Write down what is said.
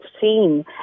seen